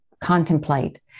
contemplate